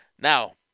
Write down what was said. Now